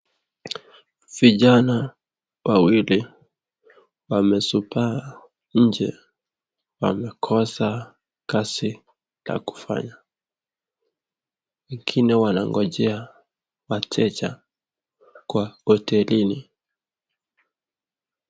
Vijana wawili wamezubaa nje, wamekosa kazi ya kufanya. Wengine wanangojea wateja kwa hotelini.